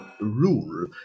rule